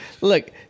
look